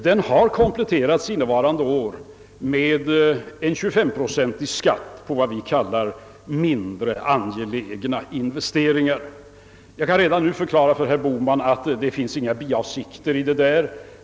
Den har kompletterats innevarande år med en 25-procentig skatt på vad vi kallar »mindre angelägna investeringar». Jag kan redan nu förklara för herr Bohman att det inte finns några biavsikter däri.